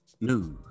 news